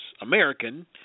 American